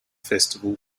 festival